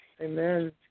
Amen